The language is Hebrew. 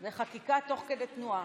זו חקיקה תוך כדי תנועה.